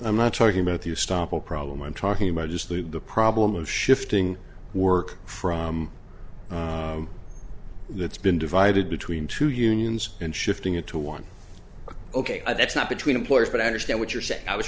i'm not talking about you stop a problem i'm talking about just leave the problem of shifting work from that's been divided between two unions and shifting into one ok that's not between employers but i understand what you're saying i was